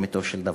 לאמיתו של דבר.